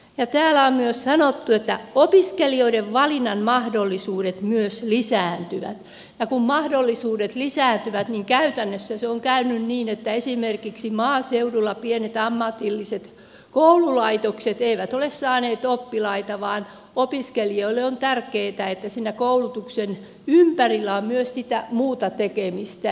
täällä on myös sanottu että opiskelijoiden valinnan mahdollisuudet myös lisääntyvät ja kun mahdollisuudet lisääntyvät niin käytännössä on käynyt niin että esimerkiksi maaseudulla pienet ammatilliset koululaitokset eivät ole saaneet oppilaita vaan opiskelijoille on tärkeätä että siinä koulutuksen ympärillä on myös sitä muuta tekemistä